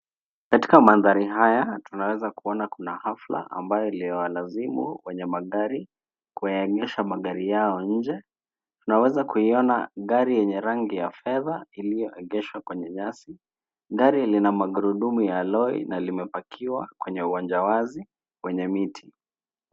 Katika madhari haya tunaweza kuona kuna hafla ambayo iliwalazimu wenye magari kuyaegesha magari hayo nje. Tunaweza kuiona gari yenye rangi ya fedha iliyoegeshwa kwenye nyasi. Gari lina magurudumu ya aloi na limepakiwa kwenye uwanja wazi wenye miti.